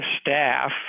staff